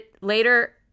later